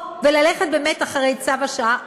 וללכת באמת אחרי צו השעה,